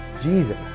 Jesus